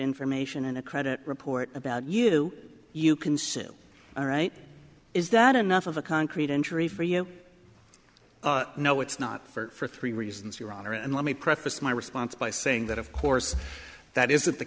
information and a credit report about you you can sue alright is that enough of a concrete injury for you no it's not for three reasons your honor and let me preface my response by saying that of course that isn't the